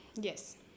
Yes